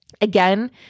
Again